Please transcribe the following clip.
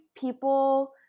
people